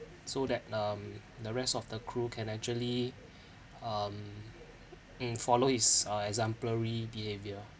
so that um the rest of the crew can actually um mm follow his uh exemplary behaviour